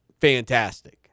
fantastic